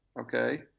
okay